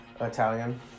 Italian